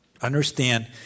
Understand